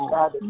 God